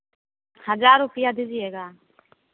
हज़ार रुपये दीजिएगा